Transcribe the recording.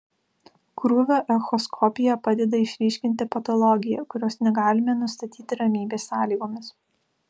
krūvio echoskopija padeda išryškinti patologiją kurios negalime nustatyti ramybės sąlygomis